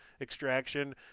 extraction